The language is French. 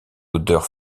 odeur